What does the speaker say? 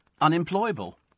unemployable